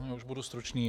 Já už budu stručný.